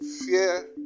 Fear